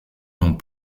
n’ont